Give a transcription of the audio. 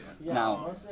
Now